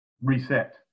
reset